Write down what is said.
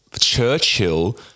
Churchill